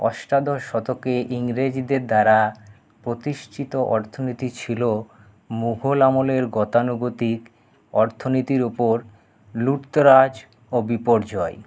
অষ্টাদশ শতকে ইংরেজদের দ্বারা প্রতিষ্ঠিত অর্থনীতি ছিল মহল আমলের গতানুগতিক অর্থনীতির ওপর লুপ্তরাজ ও বিপর্যয়